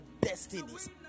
destinies